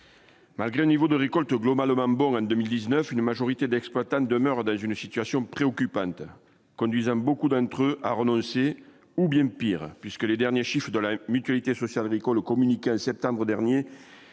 Malgré un niveau de récolte globale même bord Rennes 2019, une majorité d'exploitants demeure dans une situation préoccupante conduisent comme beaucoup d'entre eux a renoncé ou bien pire puisque les derniers chiffres de la Mutualité sociale agricole communiqué septembre dernier